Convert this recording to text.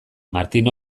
martin